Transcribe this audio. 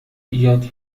ایجاد